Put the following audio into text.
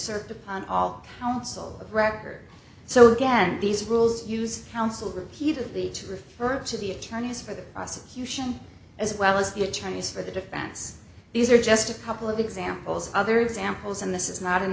circuit all counsel of record so again these rules use counsel repeatedly to refer to the attorneys for the prosecution as well as the attorneys for the defense these are just a couple of examples other examples and this is not an